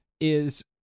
is-